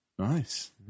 Nice